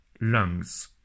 lungs